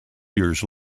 years